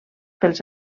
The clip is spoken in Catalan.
pels